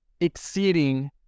exceeding